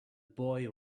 boy